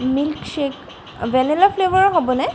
মিল্ক্বেক vanilla ফ্লেভাৰৰ হ'বনে